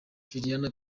juliana